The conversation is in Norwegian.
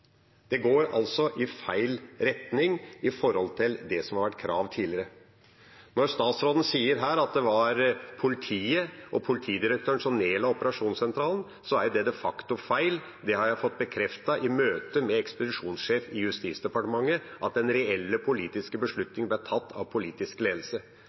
Det går altså i feil retning i forhold til det som har vært kravene tidligere. Når statsråden sier at det var politiet og politidirektøren som la ned operasjonssentralen, er det de facto feil. Det har jeg fått bekreftet i møte med ekspedisjonssjefen i Justisdepartementet, at den reelle, politiske beslutningen ble tatt av politisk ledelse.